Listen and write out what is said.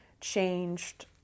changed